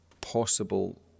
possible